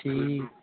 ठीक